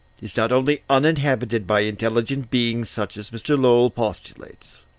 is not only uninhabited by intelligent beings such as mr. lowell postulates,